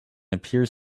appears